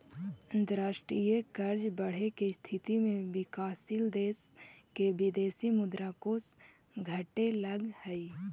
अंतरराष्ट्रीय कर्ज बढ़े के स्थिति में विकासशील देश के विदेशी मुद्रा कोष घटे लगऽ हई